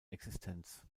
existenz